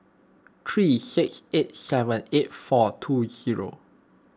three six eight seven eight four two zero